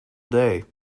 day